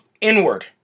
inward